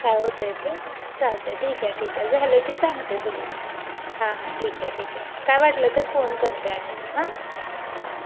काय होतं आहे ते चालतं आहे ठीक आहे ठीक आहे झालं की सांगते तुला हां हां ठीक आहे ठीक आहे काय वाटलं तर फोन करते आणि हां हां